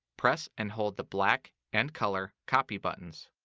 press and hold the black and color copy buttons.